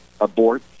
abort